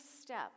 step